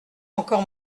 encore